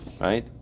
Right